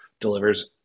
delivers